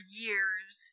years